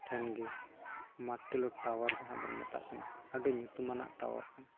ᱴᱷᱮᱱ ᱜᱮ ᱢᱟᱨᱴᱳᱞᱟ ᱴᱟᱣᱟᱨ ᱵᱚᱱ ᱢᱮᱛᱟᱜ ᱠᱟᱱᱟ ᱟᱹᱰᱤ ᱧᱩᱛᱩᱢᱟᱱᱟᱜ ᱴᱟᱣᱟᱨ ᱠᱟᱱᱟ